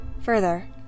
Further